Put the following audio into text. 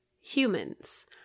humans